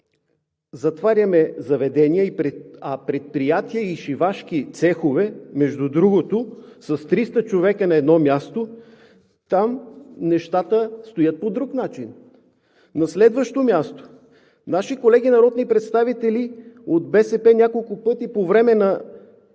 затваряме заведения, а за предприятия и шивашки цехове, между другото, с 300 човека на едно място, нещата стоят по друг начин. Наши колеги народни представители от БСП няколко пъти по време на